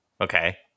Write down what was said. Okay